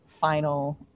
final